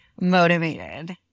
motivated